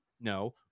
No